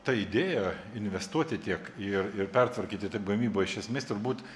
ta idėja investuoti tiek ir ir pertvarkyti taip gamybą iš esmės turbūt